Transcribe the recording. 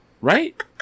right